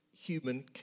human